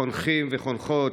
חונכים וחונכות,